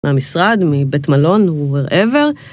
מהמשרד, מבית מלון, מ-wherever